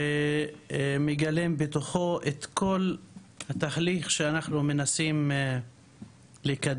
ומגלם בתוכו את כל התהליך שאנחנו מנסים לקדם,